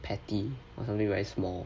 petite or something very small